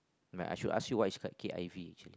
like I should ask you what is quite K_I_V